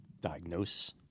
diagnosis